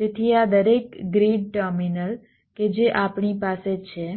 તેથી આ દરેક ગ્રીડ ટર્મિનલ કે જે આપણી પાસે છે